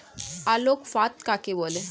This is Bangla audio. আলোক ফাঁদ কাকে বলে?